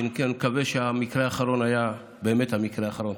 אני מקווה שהמקרה האחרון היה באמת המקרה האחרון.